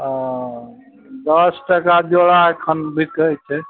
हाँ दस टाका जोड़ा एखन बिकय छै